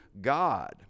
God